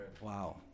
Wow